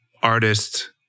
artist